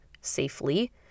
safely